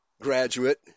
graduate